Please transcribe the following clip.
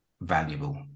valuable